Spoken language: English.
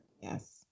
Yes